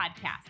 podcast